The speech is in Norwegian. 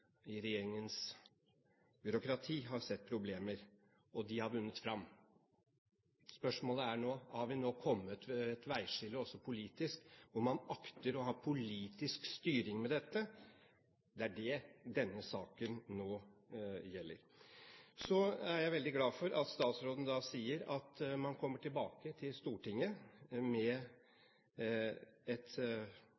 i regjeringens byråkrati har sett problemer, og de har vunnet fram. Spørsmålet er nå: Har vi nå kommet til et veiskille også politisk, hvor man akter å ha politisk styring med dette? Det er det denne saken nå handler om. Så er jeg veldig glad for at statsråden sier at man kommer tilbake til Stortinget med